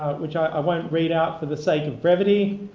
which i won't read out for the sake of brevity,